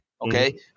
Okay